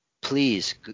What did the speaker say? please